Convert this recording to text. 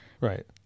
Right